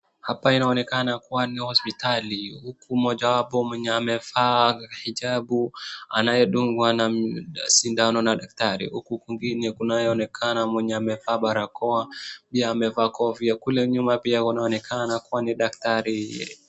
Hapa inaonekana kuwa ni hopsitali huku mojawapo mwenye amevaa hijabu anayedungwa na sindano na daktari huku kwingine kunayeonekana mwenye amevaa barakoa pia amevaa kofia. Kule nyuma pia kunaonekana kuwa ni daktari.